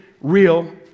real